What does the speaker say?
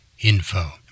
info